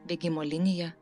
bėgimo linija